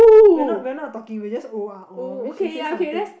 we're not we're not talking we just oh ah oh we should say something